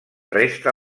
resta